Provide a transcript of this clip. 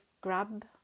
grab